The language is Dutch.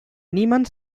niemand